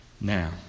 Now